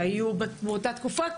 שהיו באותה תקופה,